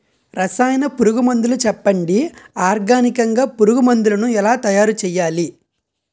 రసాయన పురుగు మందులు చెప్పండి? ఆర్గనికంగ పురుగు మందులను ఎలా తయారు చేయాలి?